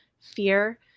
fear